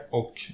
och